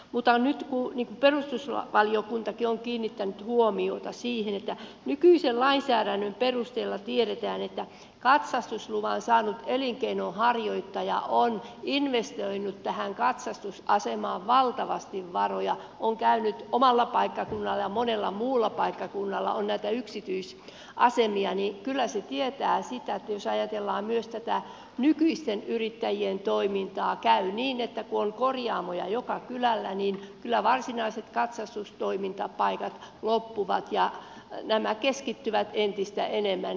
mutta nyt perustuslakivaliokuntakin on kiinnittänyt huomiota siihen että nykyisen lainsäädännön perusteella tiedetään että katsastusluvan saanut elinkeinonharjoittaja on investoinut tähän katsastusasemaan valtavasti varoja olen käynyt omalla paikkakunnalla ja monella muullakin paikkakunnalla on näitä yksityisasemia ja kyllä se tietää sitä että jos ajatellaan myös tätä nykyisten yrittäjien toimintaa käy niin että kun on korjaamoja joka kylällä niin kyllä varsinaiset katsastustoimintapaikat loppuvat ja nämä keskittyvät entistä enemmän